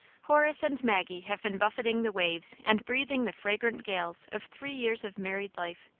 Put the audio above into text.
horace and maggie have been buffeting the waves and breathing the fragrant gales of three years of married life.